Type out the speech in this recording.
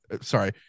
Sorry